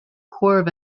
corps